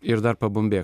ir dar pabumbėk